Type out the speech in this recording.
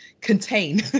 contain